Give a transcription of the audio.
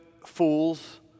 fools